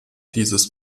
dieses